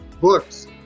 books